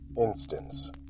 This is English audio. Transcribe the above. Instance